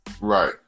Right